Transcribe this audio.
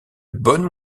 bonne